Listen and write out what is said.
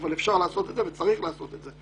אבל אפשר לעשות את זה וצריך לעשות את זה,